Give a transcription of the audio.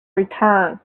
return